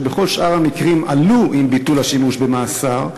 שבכל שאר המקרים עלו עם ביטול השימוש במאסר,